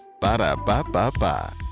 Ba-da-ba-ba-ba